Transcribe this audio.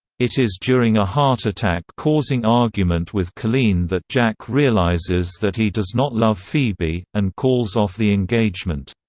it is during a heart-attack-causing argument with colleen that jack realizes that he does not love phoebe, and calls off the engagement.